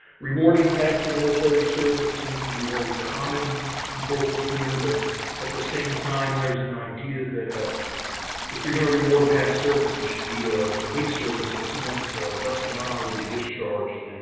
rewarding past military service seems to be a very common goal here. but at the same time, there is an idea that ah if you're going to reward past service, it should be a good service. and if someone's less than honorably discharged, and